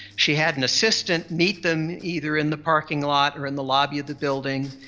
she had an assistant meet them either in the parking lot or in the lobby of the building,